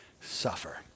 suffer